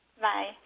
Bye